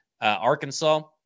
Arkansas